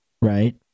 Right